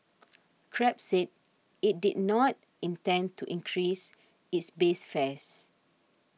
Grab said it did not intend to increase its base fares